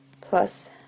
plus